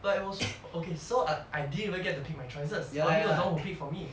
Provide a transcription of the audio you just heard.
but it was okay so I I didn't even get to pick my choices mummy was the one who picked for me